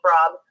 Rob